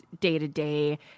day-to-day